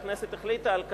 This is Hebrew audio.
שהכנסת החליטה על כך,